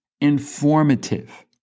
informative